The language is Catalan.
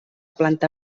planta